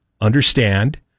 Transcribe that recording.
understand